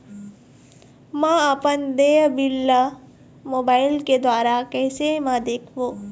म अपन देय बिल ला मोबाइल के द्वारा कैसे म देखबो?